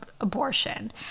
abortion